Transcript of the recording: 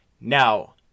Now